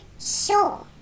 Sure